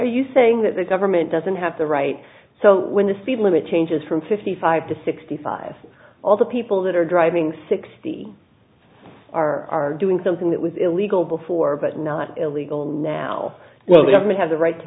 you saying that the government doesn't have the right so when the speed limit changes from fifty five to sixty five all the people that are driving sixty are doing something that was illegal before but not illegal now well the government has a right to